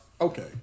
okay